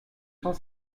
cent